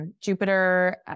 Jupiter